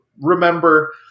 remember